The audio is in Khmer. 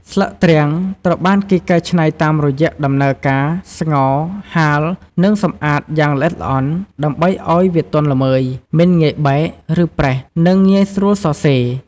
ស្លឹកទ្រាំងត្រូវបានគេកែច្នៃតាមរយៈដំណើរការស្ងោរ ហាល និងសម្អាតយ៉ាងល្អិតល្អន់ ដើម្បីឱ្យវាទន់ល្មើយ មិនងាយបែក ឬប្រេះ និងងាយស្រួលសរសេរ។